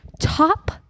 top